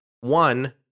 one